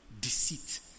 deceit